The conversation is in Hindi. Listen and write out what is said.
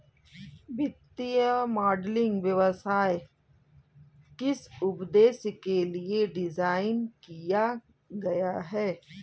वित्तीय मॉडलिंग व्यवसाय किस उद्देश्य के लिए डिज़ाइन किया गया है?